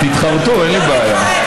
תתחרטו, אין לי בעיה.